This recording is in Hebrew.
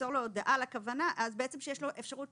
למסור לו הודעה על הכוונה כך שיש ל אפשרות